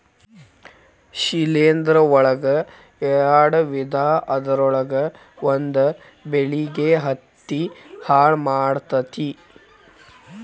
ಶಿಲೇಂಧ್ರ ಒಳಗ ಯಾಡ ವಿಧಾ ಅದರೊಳಗ ಒಂದ ಬೆಳಿಗೆ ಹತ್ತಿ ಹಾಳ ಮಾಡತತಿ